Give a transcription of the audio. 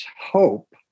hope